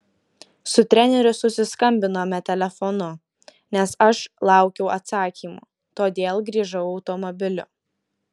su treneriu susiskambinome telefonu nes aš laukiau atsakymų todėl grįžau automobiliu